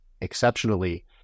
exceptionally